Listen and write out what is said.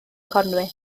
conwy